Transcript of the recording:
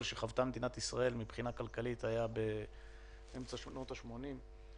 שחוותה מדינת ישראל היה באמצע שנות ה-80.